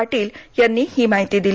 पाटील यांनी ही माहिती दिली